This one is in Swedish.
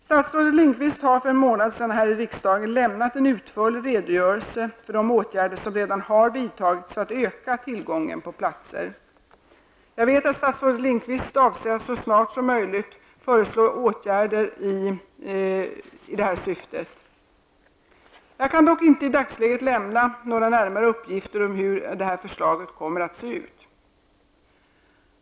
Statsrådet Lindqvist lämnade för en månad sedan här i riksdagen en utförlig redogörelse för de åtgärder som redan har vidtagits för att öka tillgången på platser. Jag vet att statsrådet Lindqvist avser att så snart som möjligt föreslå åtgärder i detta syfte. Jag kan dock inte i dagsläget lämna några närmare uppgifter om hur detta förslag kommer att se ut.